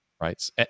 Right